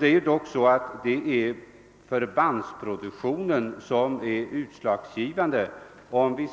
Det är dock, herr talman, förbandsproduktionen som är utslagsgivande vid